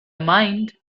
mind